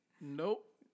Nope